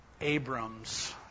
Abram's